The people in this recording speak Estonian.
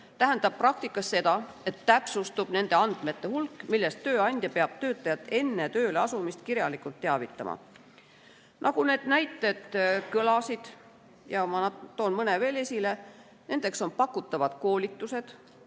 tähendab praktikas seda, et täpsustub nende andmete hulk, millest tööandja peab töötajat enne tööle asumist kirjalikult teavitama. Need näited siin juba kõlasid, aga ma toon mõne veel esile. Nendeks on pakutavad koolitused,